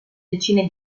decine